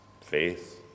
Faith